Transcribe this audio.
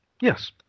Yes